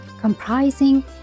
comprising